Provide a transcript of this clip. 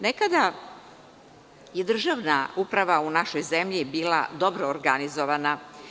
Nekada je državna uprava u našoj zemlji bila dobro organizovana.